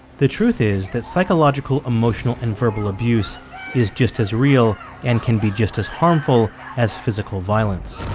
the truth is that psychological, emotional, and verbal abuse is just as real and can be just as harmful as physical violence